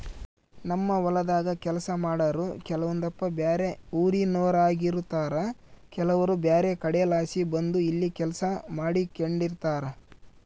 ನಮ್ಮ ಹೊಲದಾಗ ಕೆಲಸ ಮಾಡಾರು ಕೆಲವೊಂದಪ್ಪ ಬ್ಯಾರೆ ಊರಿನೋರಾಗಿರುತಾರ ಕೆಲವರು ಬ್ಯಾರೆ ಕಡೆಲಾಸಿ ಬಂದು ಇಲ್ಲಿ ಕೆಲಸ ಮಾಡಿಕೆಂಡಿರ್ತಾರ